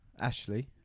Ashley